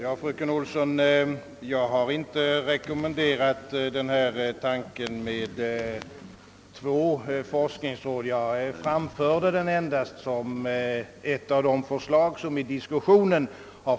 Herr talman! Jag har inte, fröken Olsson, rekommenderat två forskningsråd utan framförde endast tanken härpå som ett av de förslag som framkommit i diskussionen.